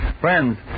Friends